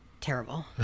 terrible